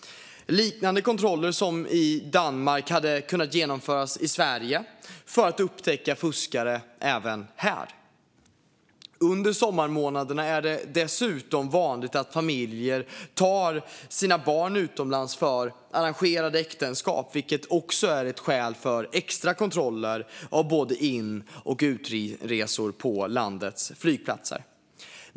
Liknande kontroller som de i Danmark hade kunnat genomföras i Sverige för att upptäcka fuskare även här. Under sommarmånaderna är det dessutom vanligt att familjer tar sina barn utomlands för arrangerade äktenskap, vilket också är ett skäl för extra kontroller av både in och utresor på landets flygplatser.